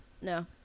No